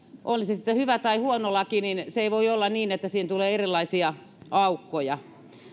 on se sitten hyvä tai huono laki niin se ei voi olla niin että siihen tulee erilaisia aukkoja